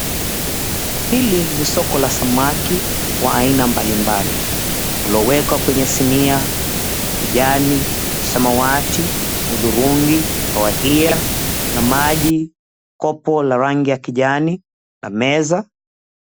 Hili ni soko la samaki wa aina mbalimbali waliowekwa kwenye sinia, kijani, samawati, hudhurungi, kahawia. Kuna maji, kopo la rangi ya kijani na meza.